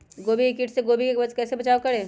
गोभी के किट से गोभी का कैसे बचाव करें?